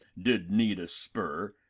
did need a spur,